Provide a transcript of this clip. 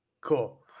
Cool